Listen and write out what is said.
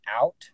out